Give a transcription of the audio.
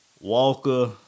Walker